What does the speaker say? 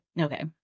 okay